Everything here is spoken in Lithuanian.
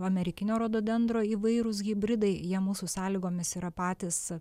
amerikinio rododendro įvairūs hibridai jie mūsų sąlygomis yra patys